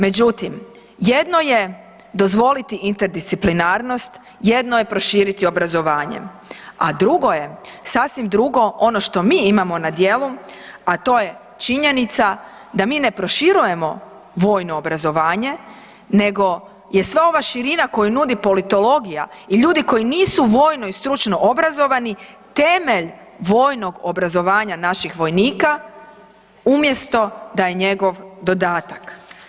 Međutim, jedno je dozvoliti interdisciplinarnost, jedno je proširiti obrazovanje, a drugo je sasvim drugo ono što mi imamo na djelu, a to je činjenica da mi ne proširujemo vojno obrazovanje nego je sva ova širina koju nudi politologija i ljudi koji nisu vojno i stručno obrazovani temelj vojnog obrazovanja naših vojnika umjesto da je njegov dodatak.